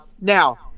Now